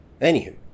Anywho